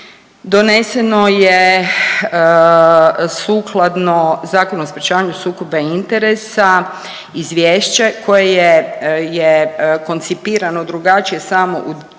doneseno je sukladno Zakonu o sprječavanju sukoba interesa izvješće koje je koncipirano drugačije samo u